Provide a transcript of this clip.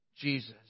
Jesus